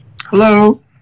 Hello